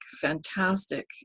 fantastic